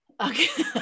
Okay